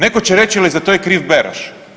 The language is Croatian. Netko će reći ali za to je kriv Beroš.